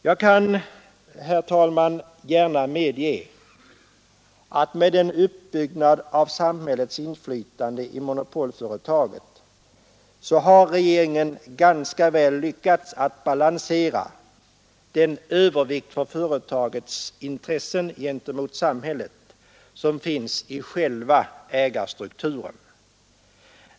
Jag kan, herr talman, gärna medge att med uppbyggnaden av samhällets inflytande i monopolföretaget har regeringen ganska väl lyckats balansera den övervikt för företagets intressen gentemot samhället som finns i själva ägarstrukturen.